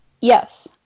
Yes